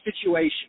situation